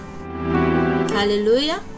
hallelujah